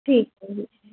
ਠੀਕ ਹੈ ਜੀ